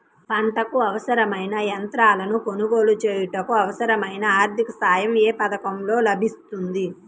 పంటకు అవసరమైన యంత్రాలను కొనగోలు చేయుటకు, అవసరమైన ఆర్థిక సాయం యే పథకంలో లభిస్తుంది?